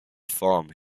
farm